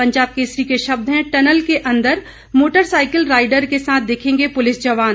पंजाब केसरी के शब्द हैं टनल के अंदर मोटरसाइकिल राइडर के साथ दिखेंगे पुलिस जवान